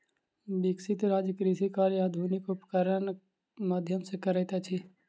विकसित राज्य कृषि कार्य आधुनिक उपकरणक माध्यम सॅ करैत अछि